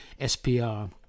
SPR